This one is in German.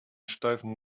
steifen